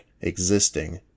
existing